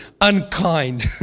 unkind